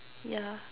ya